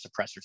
suppressors